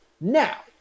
Now